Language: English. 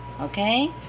Okay